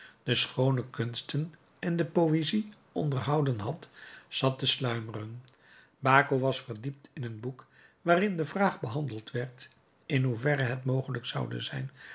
de schoone kunsten en de poësie onderhouden had zat te sluimeren baco was verdiept in een boek waarin de vraag behandeld werd in hoeverre het mogelijk zoude zijn